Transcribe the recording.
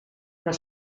però